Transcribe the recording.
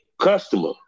customer